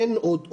אין עוד אופציות.